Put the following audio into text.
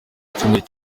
icyumweru